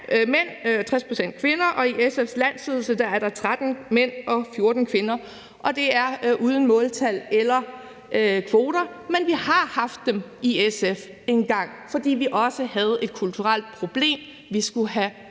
mænd og 60 pct. kvinder, og at der i SF's landsledelse er 13 mænd og 14 kvinder, og at det er uden måltal eller kvoter. Vi har engang haft dem i SF, fordi vi også havde et kulturelt problem, vi skulle have